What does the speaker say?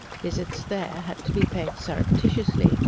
visits there had to be paid surreptitiously